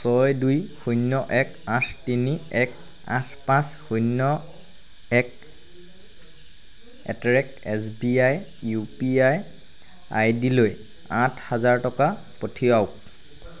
ছয় দুই শূন্য এক আঠ তিনি এক আঠ পাঁচ শূন্য এক at the rate S B I U P I আইডিলৈ আঠ হাজাৰ টকা পঠিৱাওক